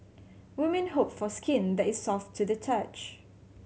women hope for skin that is soft to the touch